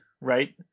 right